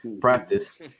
practice